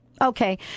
okay